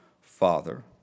Father